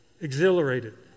exhilarated